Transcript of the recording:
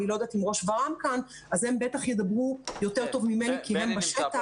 אני לא יודעת אם ראש ור"מ כאן והם בטח ידברו טוב ממני כי הם מהשטח,